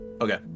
Okay